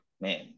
Man